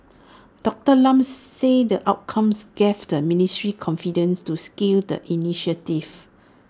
Doctor Lam said the outcomes gave the ministry confidence to scale the initiative